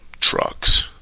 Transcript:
trucks